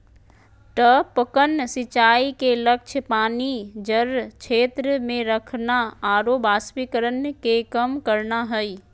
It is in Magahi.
टपकन सिंचाई के लक्ष्य पानी जड़ क्षेत्र में रखना आरो वाष्पीकरण के कम करना हइ